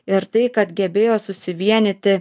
ir tai kad gebėjo susivienyti